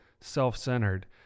self-centered